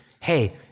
hey